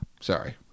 sorry